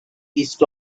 east